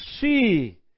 see